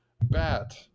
bat